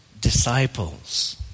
disciples